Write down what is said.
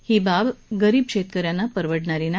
ही बाब गरीब शेतकऱ्यांना परवडणारी नाही